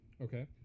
Okay